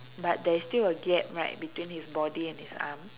but there is still a gap right between his body and his arm